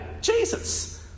Jesus